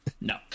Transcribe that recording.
No